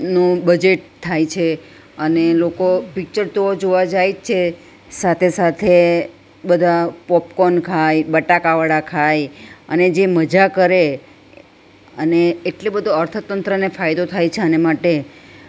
નું બજેટ થાય છે અને લોકો પીચ્ચર તો જોવા જાય જ છે સાથે સાથે બધા પોપકોન ખાય બટાકા વડા ખાય અને જે મજા કરે અને એટલે બધો અર્થતંત્રને ફાયદો થાય છે આના માટે